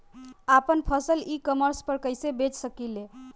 आपन फसल e commerce पर कईसे बेच सकिले?